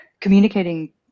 communicating